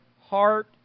heart